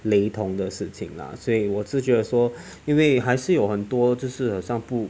雷同的事情啦所以我是觉得说因为还是有很多就是不